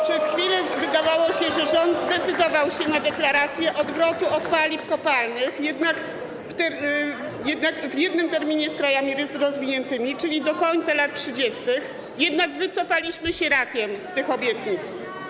Przez chwilę wydawało się, że rząd zdecydował się na deklarację odwrotu od paliw kopalnych w jednym terminie z krajami rozwiniętymi, czyli do końca lat 30., jednak wycofaliśmy się rakiem z tych obietnic.